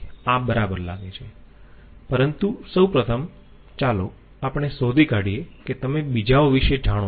આ બરાબર લાગે છે પરંતુ સૌ પ્રથમ ચાલો આપણે શોધી કાઢીએ કે તમે બીજાઓ વિશે જાણો છો